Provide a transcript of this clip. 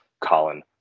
Colin